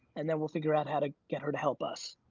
and then we'll figure out how to get her to help us.